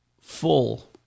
full